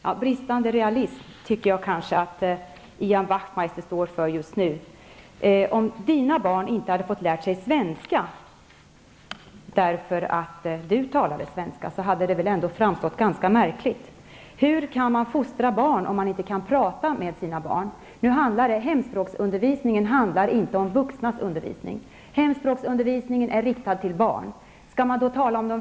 Herr talman! Bristande realism tycker jag kanske att Ian Wachtmeister står för just nu. Om dina barn inte hade fått lära sig svenska, därför att du talar svenska, hade det väl ändå framstått såsom ganska märkligt. Hur kan man fostra barn, om man inte kan prata med sina barn? Hemspråksundervisning handlar inte om vuxnas undervisning. Hemspråksundervisningen riktar sig till barn.